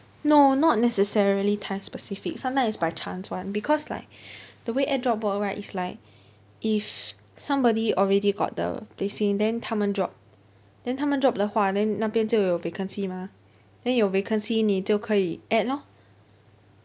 no not necessarily time specific sometimes it's by chance [one] because like the way add drop work right is like if somebody already got the placing then 他们 drop then 他们 drop 的话 then 那边就有 vacancy mah then 有 vacancy 你就可以 add lor